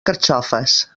carxofes